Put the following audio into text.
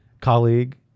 colleague